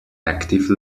active